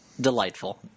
delightful